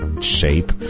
shape